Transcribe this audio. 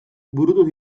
burutu